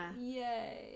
Yay